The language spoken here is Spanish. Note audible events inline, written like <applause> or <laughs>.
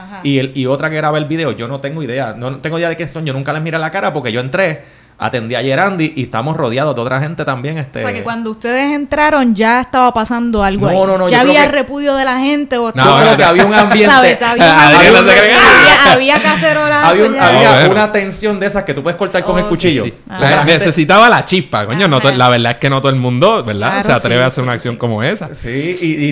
Ajá. y el- y otra que graba el video, yo no tengo idea, no- no tengo idea de quién son, yo nunca les miré la cara, porque yo entré, atendí ayer a Andy, y estamos rodeados de otra gente también, este- O sea, que cuando ustedes entraron, ya estaba pasando algo No, ahí. no, no, Ya yo creo había que- repudio de la gente, o- No, no, Yo creo no, no. que había un ambiente- <laughs> ¿Sabe? Había un Adriana se cre- ambiente, había- había cacerolazo. Había un- había <laughs> Ah, bueno. una tensión de esas que tú puedes cortar con el Oh, sí. cuchillo, Sí, sí. o sea, Ah. la gente- Necesitaba la chispa, coño, no to- Ajá. la verdad es que no todo el mundo, ¿verdad? Claro, se atreve a sí, hacer sí, una sí, acción sí. como esa. Sí, y- y-